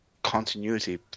continuity